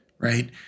Right